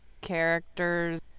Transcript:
characters